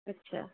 अच्छा